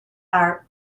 art